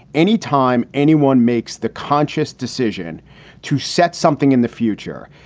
any time anyone makes the conscious decision to set something in the future,